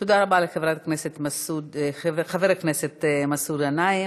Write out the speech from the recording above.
תודה רבה לחבר הכנסת מסעוד גנאים.